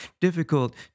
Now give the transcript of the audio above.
Difficult